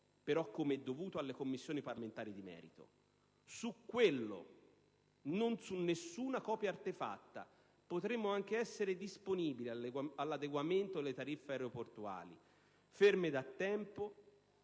peraltro dovuto, alle Commissioni parlamentari di merito. Su quello, non su nessuna copia artefatta, potremmo anche essere disponibili all'adeguamento delle tariffe aeroportuali, ferme da tempo,